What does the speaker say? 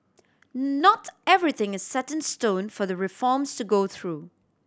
not everything is set in stone for the reforms to go through